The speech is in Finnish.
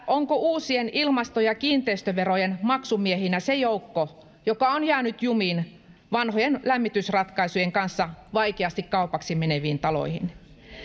onko uusien ilmasto ja kiinteistöverojen maksumiehinä se joukko joka on jäänyt jumiin vanhojen lämmitysratkaisujen kanssa vaikeasti kaupaksi meneviin taloihin